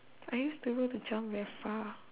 I used to be able to jump very far